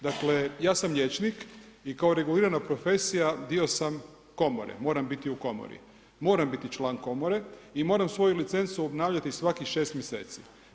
Dakle, ja sam liječnik i kao regulirana profesija dio sam komore, moram biti u komori, moram biti član komore i moram svoju licencu obnavljati svakih 6 mj.